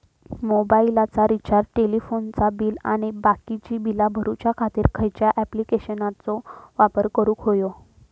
मोबाईलाचा रिचार्ज टेलिफोनाचा बिल आणि बाकीची बिला भरूच्या खातीर खयच्या ॲप्लिकेशनाचो वापर करूक होयो?